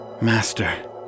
Master